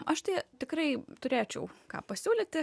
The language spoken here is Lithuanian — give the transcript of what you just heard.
aš tai tikrai turėčiau ką pasiūlyti